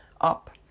up